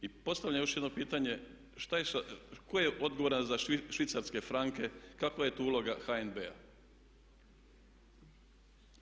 I postavljam još jedno pitanje šta je sa, tko je odgovoran za švicarske franke, kakva je tu uloga HNB-a?